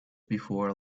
before